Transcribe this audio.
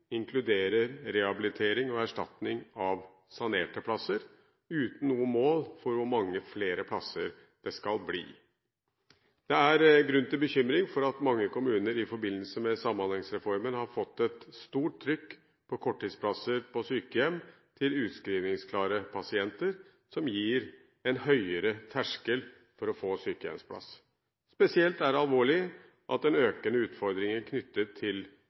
inkluderer rehabilitering og erstatning av sanerte plasser uten noe mål for hvor mange flere plasser det skal bli. Det er grunn til bekymring for at mange kommuner i forbindelse med Samhandlingsreformen har fått et stort trykk på korttidsplasser på sykehjem til utskrivningsklare pasienter, noe som gir en høyere terskel for å få sykehjemsplass. Spesielt er det alvorlig at det er økende utfordringer knyttet til